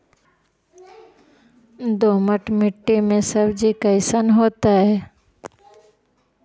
दोमट मट्टी में सब्जी कैसन होतै?